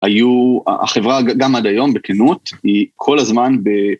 החברה גם עד היום בקנות היא כל הזמן ב...